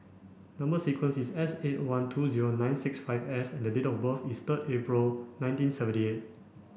number sequence is S eight one two zero nine six five S and date of birth is third April nineteen seventy eight